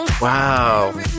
Wow